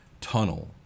tunnel